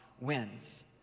wins